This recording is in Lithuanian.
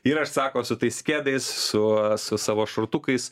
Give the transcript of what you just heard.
ir aš sako su tais kedais su su savo šortukais